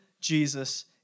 Jesus